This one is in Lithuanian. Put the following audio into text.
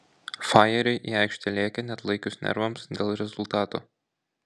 fajeriai į aikštę lėkė neatlaikius nervams dėl rezultato